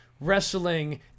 wrestling –